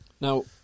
Now